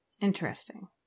Interesting